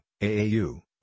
AAU